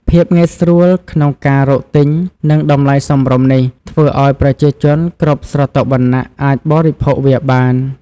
ភាពងាយស្រួលក្នុងការរកទិញ និងតម្លៃសមរម្យនេះ ធ្វើឲ្យប្រជាជនគ្រប់ស្រទាប់វណ្ណៈអាចបរិភោគវាបាន។